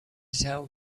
tell